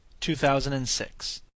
2006